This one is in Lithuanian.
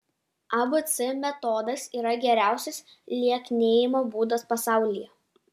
abc metodas yra geriausias lieknėjimo būdas pasaulyje